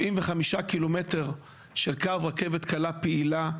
75 קילומטר של קו רכבת קלה פעילה,